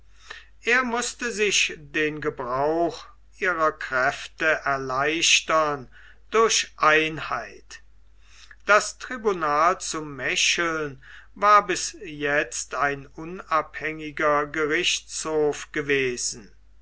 er mußte sich den gebrauch ihrer kräfte erleichtern durch einheit das tribunal zu mecheln war bis jetzt ein unabhängiger gerichtshof gewesen